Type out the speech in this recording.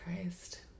Christ